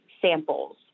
samples